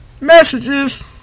messages